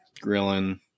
Grilling